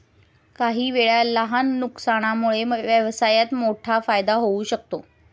काहीवेळा लहान नुकसानामुळे व्यवसायात मोठा फायदा होऊ शकतो